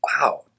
Wow